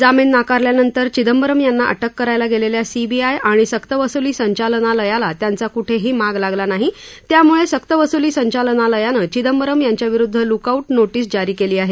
जामीन नाकारल्यानंतर चिदंबरम यांना अटक करायला गेलेल्या सीबीआय आणि सक्तवसुली संचालनालयाला त्यांचा कुठेही माग लागला नाही त्यामुळे सक्तवसुली संचालनालयानं चिदंबरम यांच्या विरुद्ध लुकआऊट नोटीस जारी केली आहे